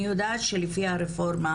אני יודעת שלפי הרפורמה